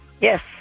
Yes